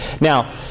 Now